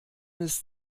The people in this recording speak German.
ist